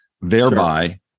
thereby